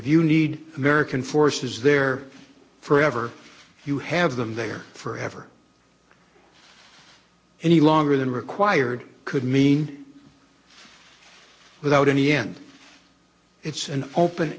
if you need american forces there forever you have them there forever any longer than required could mean without any and it's an open